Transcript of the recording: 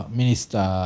minister